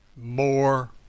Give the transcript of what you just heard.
more